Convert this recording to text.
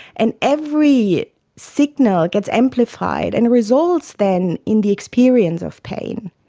and every signal gets amplified and it results then in the experience of pain.